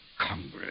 Congress